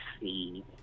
see